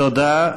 תודה.